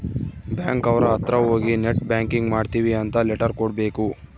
bank ಅವ್ರ ಅತ್ರ ಹೋಗಿ ನೆಟ್ ಬ್ಯಾಂಕಿಂಗ್ ಮಾಡ್ತೀವಿ ಅಂತ ಲೆಟರ್ ಕೊಡ್ಬೇಕು